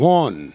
one